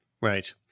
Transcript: Right